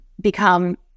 become